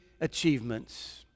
achievements